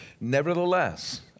Nevertheless